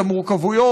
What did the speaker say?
את המורכבויות.